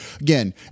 again